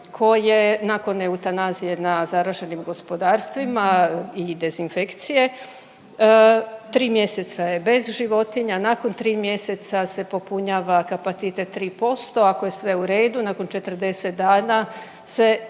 koje nakon eutanazije na zaraženim gospodarstvima i dezinfekcije 3 mjeseca je bez životinja, nakon 3 mjeseca se popunjava kapacitet 3% ako je sve u redu nakon 40 dana se